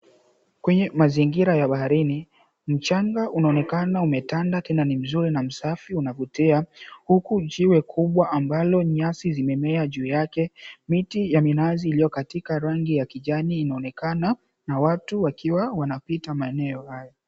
Kwenye mazingira ya baharini, mchanga unaonekana umetanda tena ni mzuri na msafi unakuvutia. Huku jiwe kubwa ambalo nyasi zimemea juu yake, miti ya minazi iliyo katika rangi ya kijani inaonekana na watu wakiwa wanapita maeneo hayo.